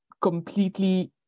completely